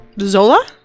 Zola